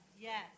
Yes